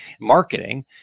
marketing